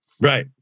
Right